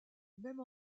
même